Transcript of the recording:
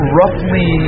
roughly